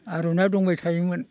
आर'नाय दंबाय थायोमोन